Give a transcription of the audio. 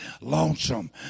lonesome